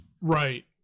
right